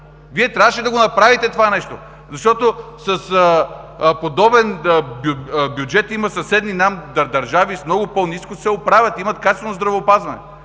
Вие трябваше да го направите това нещо! С подобен бюджет има съседни нам държави, с много по-нисък се оправят – имат качествено здравеопазване.